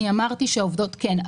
אני אמרתי שהעובדות כן,